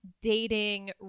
dating